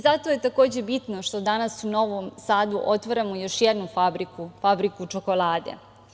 Zato je, takođe, bitno što danas u Novom Sadu otvaramo još jednu fabriku, fabriku čokolade.